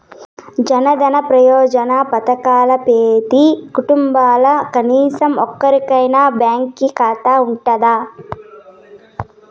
జనదన యోజన పదకంల పెతీ కుటుంబంల కనీసరం ఒక్కోరికైనా బాంకీ కాతా ఉండాదట